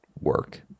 work